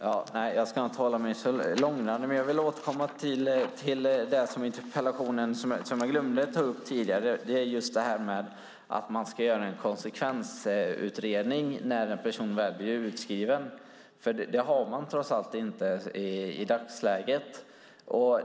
Herr talman! Jag ska inte vara långrandig, men jag vill ta upp något som jag glömde att ta upp tidigare. Det handlar om att man ska göra en konsekvensutredning när en person väl blir utskriven, för det sker inte i dagsläget.